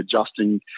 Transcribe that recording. adjusting